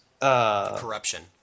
Corruption